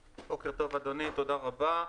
בוקר טוב אדוני, תודה רבה.